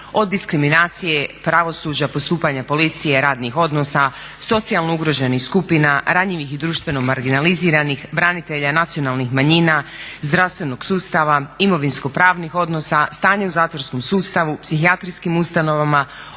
od diskriminacije, pravosuđa, postupanja policije, radnih odnosa, socijalno ugroženih skupina, ranjivih i društveno marginaliziranih, branitelja i nacionalnih manjina, zdravstvenog sustava, imovinsko-pravnih odnosa, stanja u zatvorskom sustavu, psihijatrijskim ustanovama